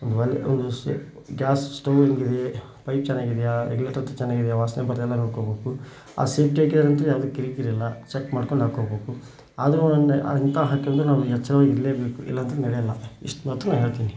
ಒಂದು safe gas stove ಹೆಂಗಿದೆ pipe ಚೆನ್ನಾಗಿದ್ಯಾ ರೆಗ್ಯುಲೇಟರ್ ಚೆನ್ನಾಗಿದ್ಯಾ ವಾಸನೆ ಬರೋದೆಲ್ಲ ನೋಡ್ಕೊಳ್ಬೇಕು ಅದು ಸೆಫ್ಟಿ ಹಾಕೀರಂದ್ರೆ ಅದು ಕಿರಿಕಿರಿ ಇಲ್ಲ ಸೆಟ್ ಮಾಡ್ಕೊಂಡು ಹಾಕೊಳ್ಬೋದು ಆದರೂ ಒಂದು ಇಂಥವು ಹಾಕಿದ್ಮೇಲೆ ನಾವು ಎಚ್ಚರವಾಗಿ ಇರಲೇಬೇಕು ಇಲ್ಲ ಅಂದ್ರೆ ನಡೆಯೋಲ್ಲ ಇಷ್ಟು ಮಾತ್ರ ನಾನು ಹೇಳ್ತೀನಿ